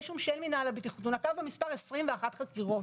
אישום של מינהל הבטיחות הוא נקב במספר 21 חקירות.